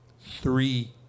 three